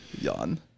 Yawn